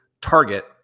target